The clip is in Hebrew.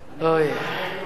אני הייתי לוקח, בסדר.